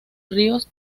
ríos